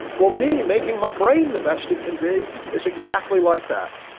well, me making my brain the best it can be is exactly like that.